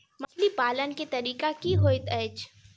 मछली पालन केँ तरीका की होइत अछि?